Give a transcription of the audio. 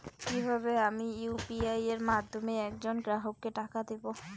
কিভাবে আমি ইউ.পি.আই এর মাধ্যমে এক জন গ্রাহককে টাকা দেবো?